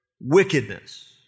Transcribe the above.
wickedness